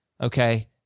okay